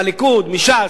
מהליכוד מש"ס,